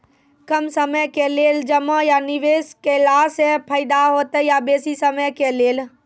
कम समय के लेल जमा या निवेश केलासॅ फायदा हेते या बेसी समय के लेल?